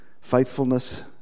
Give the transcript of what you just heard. faithfulness